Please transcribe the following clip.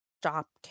stop